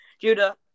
Judah